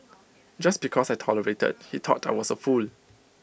just because I tolerated he thought I was A fool